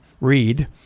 read